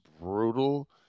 brutal